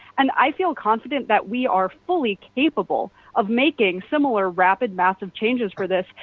and i feel confident that we are fully capable of making similar rapid massive changes for this,